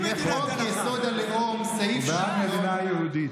אל תתבייש במה שאתה מאמין בו,